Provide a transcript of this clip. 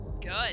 good